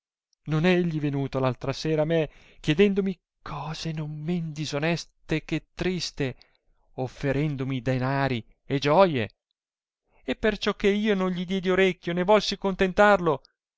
non è egli venuta l altra sera a me chiedendomi cose non men disoneste che triste offerendomi danari e gioie e perciò che io non gli diedi orecchio né volsi contentarlo